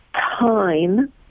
time